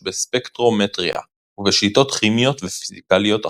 בספקטרומטריה ובשיטות כימיות ופיזיקליות אחרות.